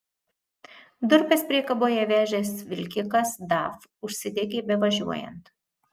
durpes priekaboje vežęs vilkikas daf užsidegė bevažiuojant